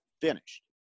finished